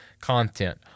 content